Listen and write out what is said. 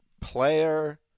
player